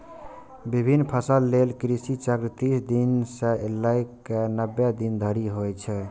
विभिन्न फसल लेल कृषि चक्र तीस दिन सं लए कए नब्बे दिन धरि होइ छै